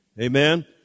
Amen